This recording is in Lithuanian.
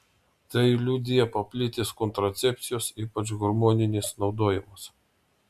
tai liudija paplitęs kontracepcijos ypač hormoninės naudojimas